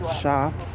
shops